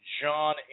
John